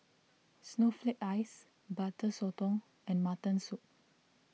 Snowflake Ice Butter Sotong and Mutton Soup